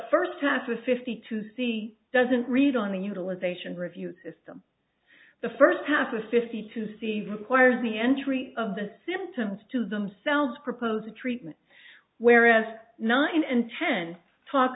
first has a fifty two c doesn't read on the utilization review system the first half of fifty two c requires the entry of the symptoms to themselves proposed treatment whereas nine and ten talk